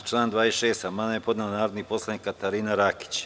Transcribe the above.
Na član 26. amandman je podnela narodni poslanik Katarina Rakić.